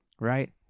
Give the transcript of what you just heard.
right